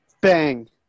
Bang